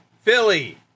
Philly